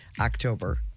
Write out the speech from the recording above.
October